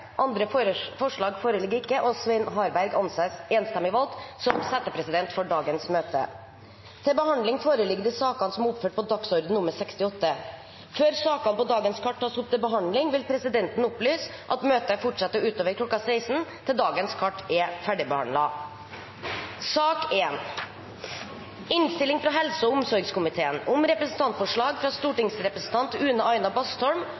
Andre forslag foreligger ikke, og Svein Harberg anses enstemmig valgt som settepresident for dagens møte. Før sakene på dagens kart tas opp til behandling, vil presidenten opplyse om at møtet fortsetter utover kl. 16, til dagens kart er ferdigbehandlet. Etter ønske fra helse- og omsorgskomiteen